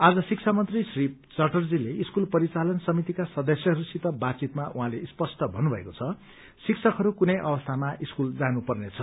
आज शिक्षा मन्त्री श्री च्याटर्जीले स्कूल परिचालन समितिका सदस्यहरूसित बातचितमा उहाँले स्पष्ट भन्नुभएको छ शिक्षकहरू कुनै अवस्थामा स्कूल जानुपर्नेछ